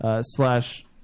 slash